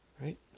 Right